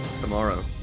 tomorrow